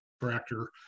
tractor